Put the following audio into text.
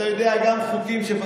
תיקח את הקרדיט.